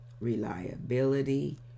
reliability